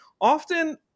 often